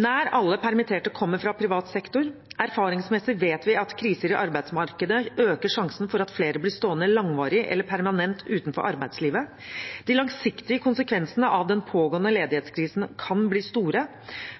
Nær alle permitterte kommer fra privat sektor. Erfaringsmessig vet vi at kriser i arbeidsmarkedet øker sjansen for at flere blir stående langvarig eller permanent utenfor arbeidslivet. De langsiktige konsekvensene av den pågående ledighetskrisen kan bli store.